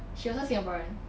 she also singaporean